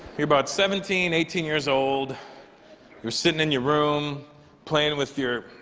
you're about seventeen eighteen years old you're sitting in your room playing with your